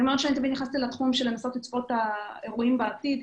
אני נכנסתי לתחום של לנסות לצפות את האירועים בעתיד,